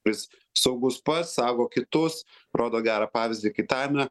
kuris saugus pats saugo kitus rodo gerą pavyzdį kaitavime